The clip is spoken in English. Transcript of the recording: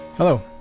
Hello